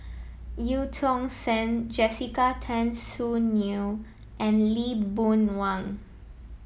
Eu Tong Sen Jessica Tan Soon Neo and Lee Boon Wang